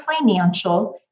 financial